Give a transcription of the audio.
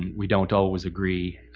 we don't always agree,